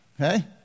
Okay